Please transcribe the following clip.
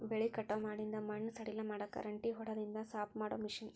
ಬೆಳಿ ಕಟಾವ ಮಾಡಿಂದ ಮಣ್ಣ ಸಡಿಲ ಮಾಡಾಕ ರೆಂಟಿ ಹೊಡದಿಂದ ಸಾಪ ಮಾಡು ಮಿಷನ್